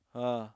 uh